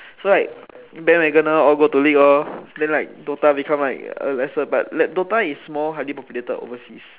so like bandwagon lor all go to league lor then like DOTA become like a lesser but like DOTA is more highly populated overseas